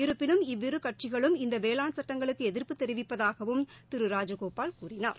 இருப்பினும் இவ்விரு கட்சிகளும் இந்த வேளாண் சுட்டங்களுக்கு எதிர்ப்பு தெரிவிப்பதாகவும் திரு ராஜகோபால் கூறினார்